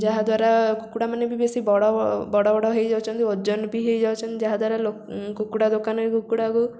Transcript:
ଯାହାଦ୍ୱାରା କୁକୁଡ଼ାମାନେ ବି ବେଶୀ ବଡ଼ ବଡ଼ ବଡ଼ ହେଇଯାଉଚନ୍ତି ଓଜନ ବି ହେଇଯାଉଛନ୍ତି ଯାହାଦ୍ୱାରା କୁକୁଡ଼ା ଦୋକାନୀ କୁକୁଡ଼ା